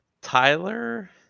Tyler